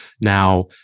Now